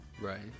right